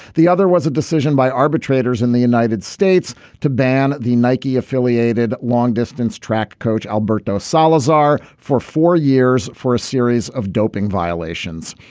the other was a decision by arbitrators in the united states to ban the nike affiliated long distance track coach alberto salazar for four years for a series of doping violations.